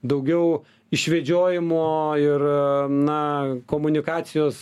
daugiau išvedžiojimo ir na komunikacijos